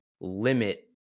limit